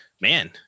man